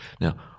Now